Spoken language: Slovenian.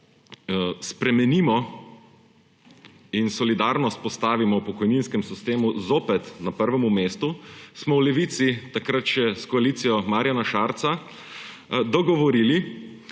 spremenimo in solidarnost postavimo v pokojninskem sistemu zopet na prvo mesto, smo se v Levici takrat še s koalicijo Marjana Šarca dogovorili,